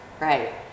Right